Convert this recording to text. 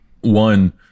one